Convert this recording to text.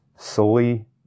solely